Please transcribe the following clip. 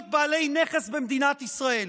להיות בעלות נכס במדינת ישראל?